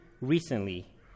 recently